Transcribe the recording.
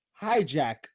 hijack